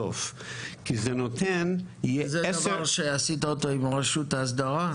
זה דבר שעשית עם רשות האסדרה?